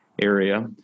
area